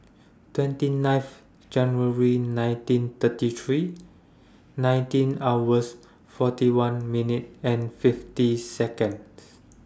twenty ninth January nineteen thirty three nineteen hours forty one minutes and fifty Seconds